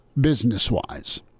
Business-wise